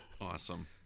Awesome